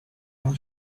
loud